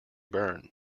burn